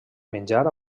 menjar